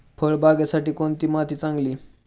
फळबागेसाठी कोणती माती चांगली?